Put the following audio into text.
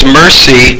mercy